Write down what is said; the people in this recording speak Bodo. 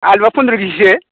आलुआ फन्द्रह खेजिसो